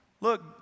Look